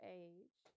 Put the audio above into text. age